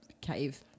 cave